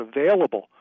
available